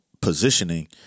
positioning